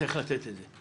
צריך לתת את זה.